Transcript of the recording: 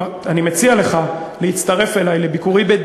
אני מציע לך להצטרף אלי בביקורי,